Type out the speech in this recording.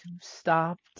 stopped